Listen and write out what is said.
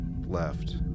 left